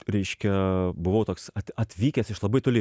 reiškia buvau toks atvykęs iš labai toli